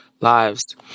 lives